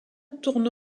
tourne